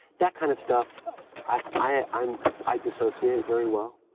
that kind of stuff i'm i dissociate very well